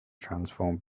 transformed